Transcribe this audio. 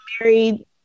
married